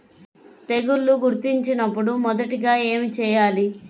తెగుళ్లు గుర్తించినపుడు మొదటిగా ఏమి చేయాలి?